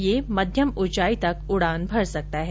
यह मध्यम ऊंचाई तक उडान भर सकता है